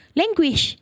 language